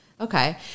Okay